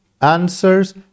answers